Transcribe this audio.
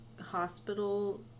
hospital